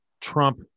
trump